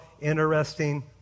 interesting